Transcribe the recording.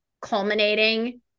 culminating